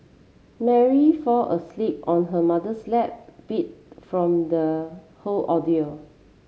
Mary fall asleep on her mother's lap beat from the whole ordeal